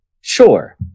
sure